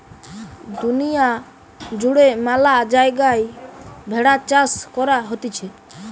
দুনিয়া জুড়ে ম্যালা জায়গায় ভেড়ার চাষ করা হতিছে